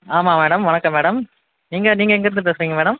ஆமாம் மேடம் வணக்கம் மேடம் நீங்கள் நீங்கள் எங்கேயிருந்து பேசுகிறிங்க மேடம்